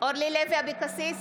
אורלי לוי אבקסיס,